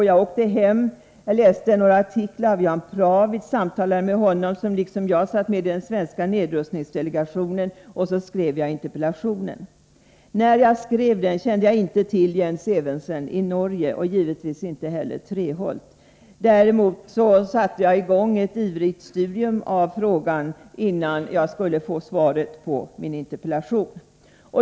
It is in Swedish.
Jag åkte hem, läste några artiklar av Jan Prawitz, samtalade med honom som liksom jag satt med i den svenska nedrustningsdelegationen. Så skrev jag interpellationen. Då kände jag inte till Jens Evensen i Norge — och givetvis inte heller Arne Treholt. Jag satte emellertid i gång ett ivrigt studium av frågan, innan jag skulle få svaret på min interpellation.